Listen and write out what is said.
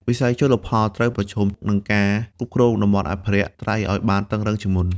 វិស័យជលផលត្រូវប្រឈមនឹងការគ្រប់គ្រង តំបន់អភិរក្ស ត្រីឱ្យបានតឹងរ៉ឹងជាងមុន។